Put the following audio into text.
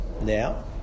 now